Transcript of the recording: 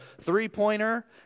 three-pointer